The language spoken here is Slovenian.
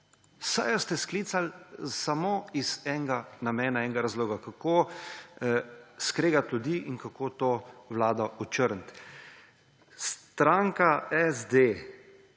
Sejo ste sklicali samo iz enega namena, enega razloga: kako skregati ljudi in kako to vlado očrniti. Stranka SD